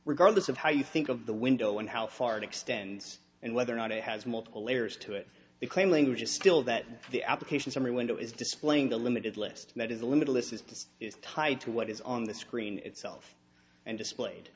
regardless of how you think of the window and how far it extends and whether or not it has multiple layers to it the claim language is still that the application summary window is displaying the limited list that is the limit of this is because it's tied to what is on the screen itself and displayed